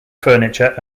furniture